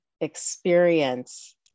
experience